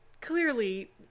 clearly